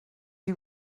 you